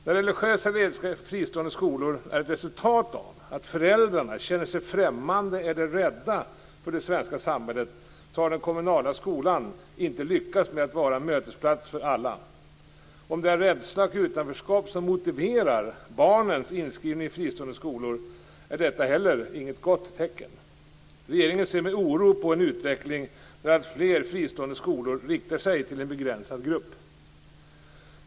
När religiösa eller etniska fristående skolar är ett resultat av att föräldrarna känner sig främmande eller rädda för det svenska samhället har den kommunala skolan inte lyckats med att vara en mötesplats för alla. Om det är rädsla och utanförskap som motiverar barnens inskrivning i fristående skolor är detta heller inte något gott tecken. Regeringen ser med oro på en utveckling där alltfler fristående skolor riktar sig till en begränsad grupp.